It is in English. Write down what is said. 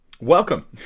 Welcome